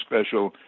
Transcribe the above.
special